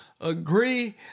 agree